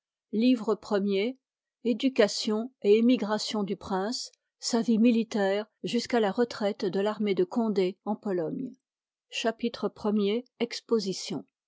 livre i education et émigration du prince sa vie militaire jusqu'à la retraite de l'année de condé en pologne cflapitbe i exposition